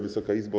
Wysoka Izbo!